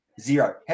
zero